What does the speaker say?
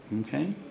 Okay